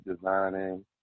designing